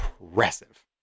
impressive